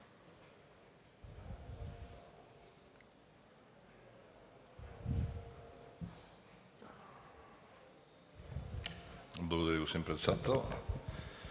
Благодаря